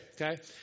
Okay